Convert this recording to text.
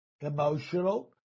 emotional